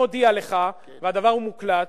אני מודיע לך, והדבר מוקלט,